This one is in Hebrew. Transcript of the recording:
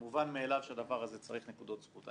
מובן מאליו שהדבר הזה צריך נקודות זכות.